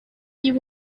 you